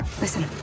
Listen